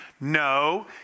No